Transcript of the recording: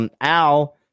Al